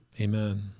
Amen